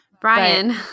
Brian